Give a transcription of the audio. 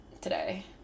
today